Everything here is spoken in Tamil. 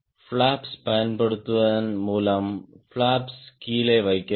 பிளாப்ஸ் பயன்படுத்துவதன் மூலம் பிளாப்ஸ் கீழே வைக்கவும்